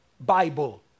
Bible